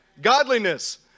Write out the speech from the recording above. Godliness